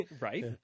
Right